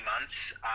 months